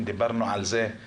דיברנו על זה, סעיד,